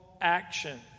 action